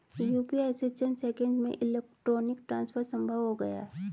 UPI से चंद seconds में इलेक्ट्रॉनिक ट्रांसफर संभव हो गया है